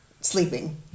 sleeping